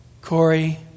Corey